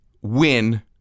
win